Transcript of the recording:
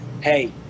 Hey